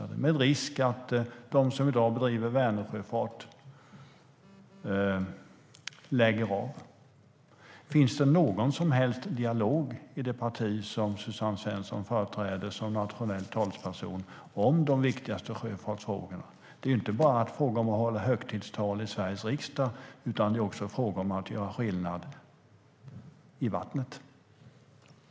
Detta innebär en risk för att de som i dag bedriver Vänersjöfart lägger av.